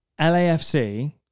LAFC